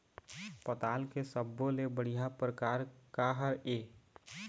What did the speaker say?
पताल के सब्बो ले बढ़िया परकार काहर ए?